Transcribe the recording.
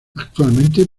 actualmente